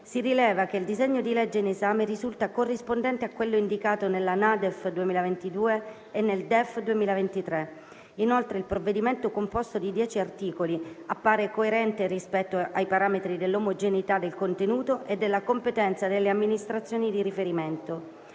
si rileva che il disegno di legge in esame risulta corrispondente a quello indicato nella NADEF 2022 e nel DEF 2023. Inoltre, il provvedimento, composto di dieci articoli, appare coerente rispetto ai parametri dell'omogeneità del contenuto e della competenza delle amministrazioni di riferimento.